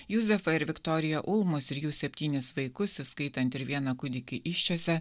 juzefą ir viktoriją ulmus ir jų septynis vaikus įskaitant ir vieną kūdikį įsčiose